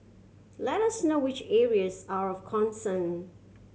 let us know which areas are of concern